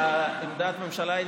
לך עם מוסי למוקטעה.